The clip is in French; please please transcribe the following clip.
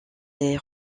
les